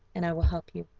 and i will help you.